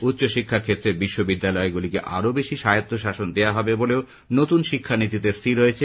উচ্চশিক্ষার ক্ষেত্রে বিশ্ববিদ্যালয়গুলোকে আরো বেশি স্বায়ত্তশাসন দেওয়া হবে বলেও নতুন শিক্ষানীতিতে স্থির হয়েছে